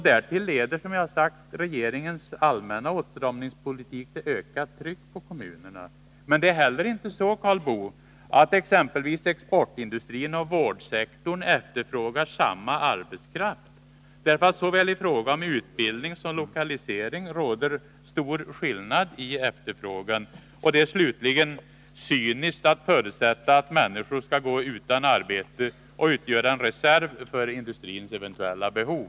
Därtill kommer att regeringens allmänna åtstramningspolitik leder till en ökning av trycket på kommunerna. Men det är inte heller så, Karl Boo, att exempelvis exportindustrierna och vårdsektorn efterfrågar samma arbetskraft. Såväl i fråga om utbildning som beträffande lokalisering råder stor skillnad i efterfrågan. Slutligen, det är cyniskt att förutsätta att människor skall gå utan arbete och utgöra en reserv för industrins eventuella behov.